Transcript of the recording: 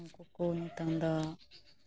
ᱱᱩᱠᱩ ᱠᱚ ᱱᱤᱛᱳᱝ ᱫᱚ